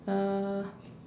uh